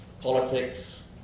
politics